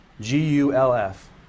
G-U-L-F